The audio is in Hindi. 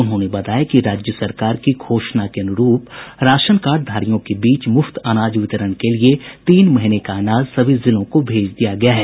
उन्होंने बताया कि राज्य सरकार की घोषणा के अनुरूप राशन कार्डधारियों के बीच मुफ्त अनाज वितरण के लिए तीन महीने का अनाज सभी जिलों को भेज दिया गया है